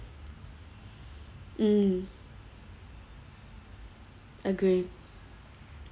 mm agree